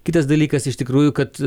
kitas dalykas iš tikrųjų kad